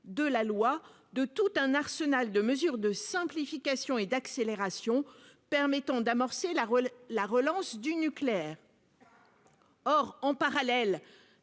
de la loi, de tout un arsenal de mesures de simplification et d'accélération permettant d'amorcer la relance du nucléaire. En parallèle